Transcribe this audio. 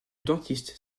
dentiste